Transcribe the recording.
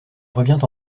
revient